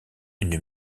une